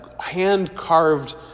hand-carved